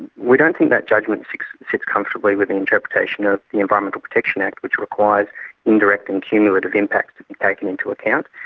we don't think that judgement sits comfortably with the interpretation of the environmental protection act which requires indirect and cumulative impacts to be taken into account.